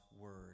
word